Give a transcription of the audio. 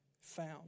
found